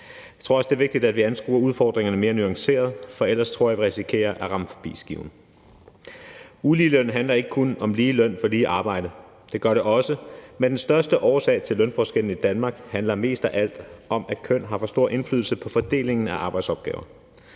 Jeg tror også, det er vigtigt, at vi anskuer udfordringerne mere nuanceret, for ellers tror jeg, vi risikerer at ramme forbi skiven. Uligeløn handler ikke kun om lige løn for lige arbejde. Det gør det også, men den største årsag til lønforskellene i Danmark handler mest af alt om, at køn har en stor indflydelse på fordelingen af arbejdsopgaver.